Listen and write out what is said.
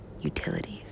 utilities